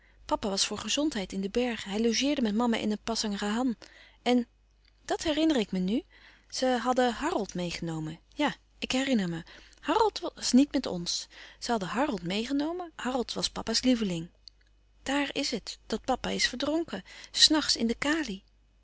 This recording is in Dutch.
papa was voor gezondheid in de bergen hij logeerde met mama in een pasangrahan louis couperus van oude menschen de dingen die voorbij gaan en dàt herinner ik me nu ze hadden harold meêgenomen ja ik herinner me harold was niet met ons ze hadden harold meêgenomen harold was papa's lieveling daàr is het dat papa is verdronken s nachts in de